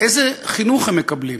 איזה חינוך הם מקבלים?